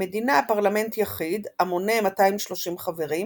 למדינה פרלמנט יחיד המונה 230 חברים,